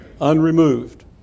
unremoved